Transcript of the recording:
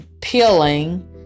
peeling